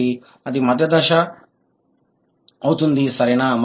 కాబట్టి అది మధ్య దశ అవుతుంది సరేనా